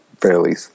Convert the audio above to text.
fairly